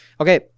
Okay